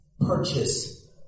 purchase